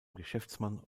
geschäftsmann